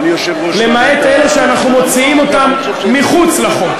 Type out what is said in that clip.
למעט אלה שאנחנו מוציאים אותם מחוץ לחוק.